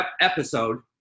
episode